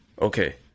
Okay